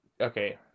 okay